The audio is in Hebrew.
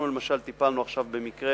אנחנו, למשל, טיפלנו עכשיו במקרה